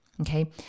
Okay